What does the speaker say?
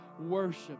worship